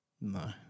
No